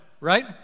Right